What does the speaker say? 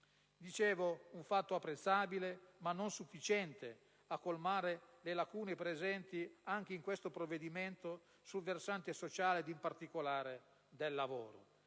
di un fatto apprezzabile, ma non sufficiente a colmare le lacune presenti anche in questo provvedimento sul versante sociale, in particolare su quello